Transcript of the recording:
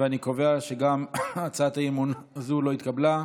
ואני קובע שגם הצעת האי-אמון הזו לא התקבלה.